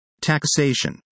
Taxation